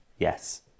yes